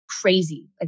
crazy